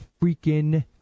freaking